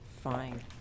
Fine